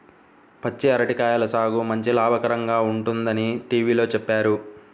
పచ్చి అరటి కాయల సాగు మంచి లాభకరంగా ఉంటుందని టీవీలో చెప్పారు